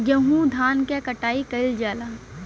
गेंहू धान क कटाई कइल जाला